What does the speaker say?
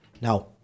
Now